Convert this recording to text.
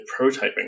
prototyping